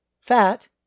Fat